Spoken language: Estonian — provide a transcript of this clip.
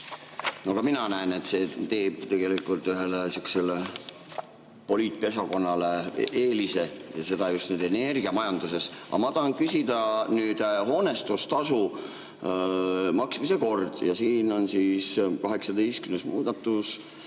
Ka mina näen, et see annab tegelikult ühele sihukesele poliitpesakonnale eelise ja seda just nüüd energiamajanduses. Aga ma tahan küsida nüüd hoonestustasu maksmise korra kohta. Siin on 18. muudatus,